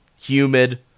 humid